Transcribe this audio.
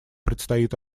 предстоит